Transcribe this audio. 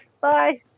Bye